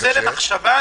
נושא למחשבה.